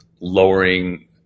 lowering